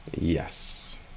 Yes